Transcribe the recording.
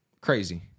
crazy